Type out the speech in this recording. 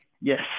Yes